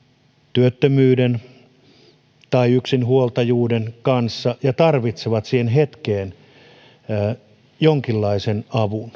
työttömyyden tai yksinhuoltajuuden kanssa ja tarvitsevat siihen hetkeen jonkinlaisen avun